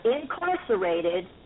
incarcerated